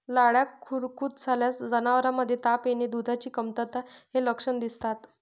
लाळ्या खुरकूत झाल्यास जनावरांमध्ये ताप येणे, दुधाची कमतरता हे लक्षण दिसतात